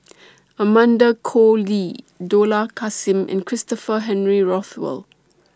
Amanda Koe Lee Dollah Kassim and Christopher Henry Rothwell